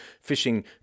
fishing